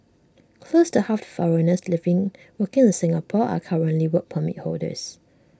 close to half the foreigners living working in Singapore are currently Work Permit holders